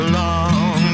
long